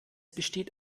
besteht